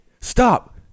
stop